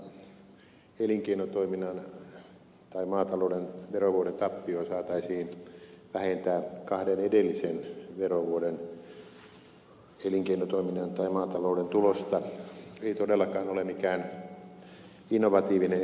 kalliksen esitys jonka mukaan elinkeinotoiminnan tai maatalouden verovuoden tappio saataisiin vähentää kahden edellisen verovuoden elinkeinotoiminnan tai maatalouden tulosta ei todellakaan ole mikään innovatiivinen esitys